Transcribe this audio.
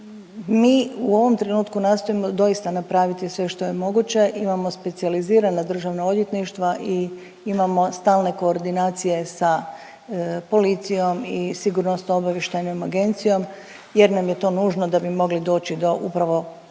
Mi u ovom trenutku nastojimo doista napraviti sve što je moguće, imamo specijalizirana državna odvjetništva i imamo stalne koordinacije sa policijom i SOA-om jer nam je to nužno da bi mogli doći do upravo